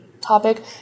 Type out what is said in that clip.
topic